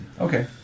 Okay